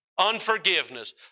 Unforgiveness